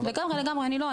לגמרי, לגמרי, לא.